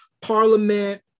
Parliament